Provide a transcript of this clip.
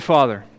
Father